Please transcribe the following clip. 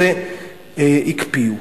ואת זה הקפיאו.